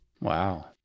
wow